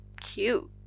cute